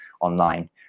online